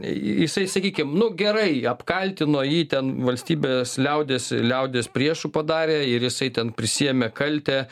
jisai sakykim nu gerai apkaltino jį ten valstybės liaudies liaudies priešu padarė ir jisai ten prisiėmė kaltę